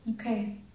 Okay